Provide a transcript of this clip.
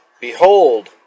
Behold